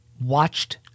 watched